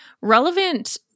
relevant